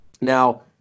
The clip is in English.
Now